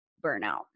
burnout